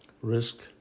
Risk